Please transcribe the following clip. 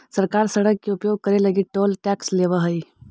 सरकार सड़क के उपयोग करे लगी टोल टैक्स लेवऽ हई